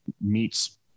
meets